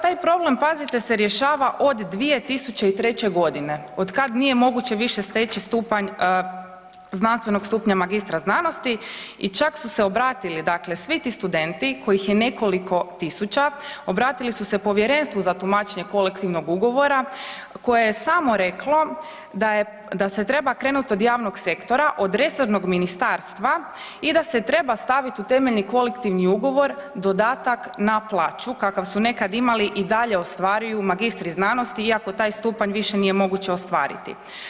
Taj problem pazite, se rješava od 2003. g., otkad nije moguće više steći stupanj znanstvenog stupnja magistra znanosti i čak su se obratili dakle svi ti studenti kojih je nekoliko tisuća, obratili su se povjerenstvu za tumačenje kolektivnog ugovora koje je samo reklo da se treba krenut od javnog sektora, od resornog ministarstva i da se treba stavit u temeljeni kolektivni ugovor dodatak na plaću kakav su nekad imali, i i dalje ostvaruju magistri znanosti iako taj stupanj više nije moguće ostvariti.